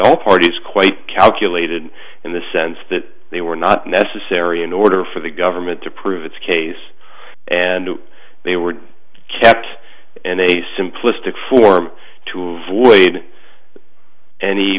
all parties quite calculated in the sense that they were not necessary in order for the government to prove its case and they were kept in a simplistic form to wade any